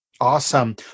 Awesome